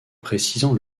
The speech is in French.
précisant